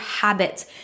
habits